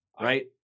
Right